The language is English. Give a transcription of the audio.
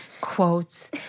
quotes